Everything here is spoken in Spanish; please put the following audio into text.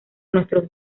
nuestros